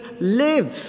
lives